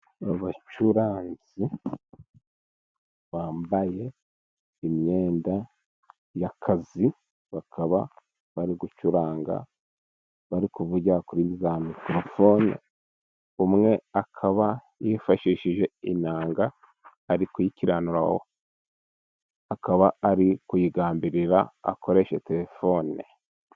Abacuranzi bambaye imyenda y'akazi，bakaba bari gucuranga bari kuvugira kuri za mikorofone，umwe akaba yifashishije inanga ari kuyikiranura， akaba ari kuyigambirira akoresheje terefone.